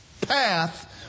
path